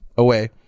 Away